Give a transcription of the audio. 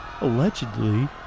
Allegedly